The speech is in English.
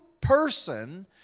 person